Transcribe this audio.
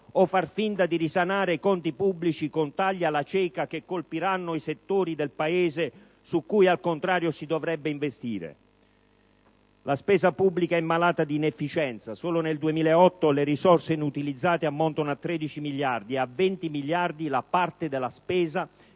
o far finta di risanare i conti pubblici con tagli alla cieca, che colpiranno i settori del Paese su cui al contrario si dovrebbe investire? La spesa pubblica è malata di inefficienza: solo nel 2008 le risorse inutilizzate ammontano a 13 miliardi e a 20 miliardi la parte della spesa